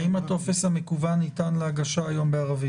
האם הטופס המקוון ניתן להגשה בערבית?